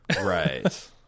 Right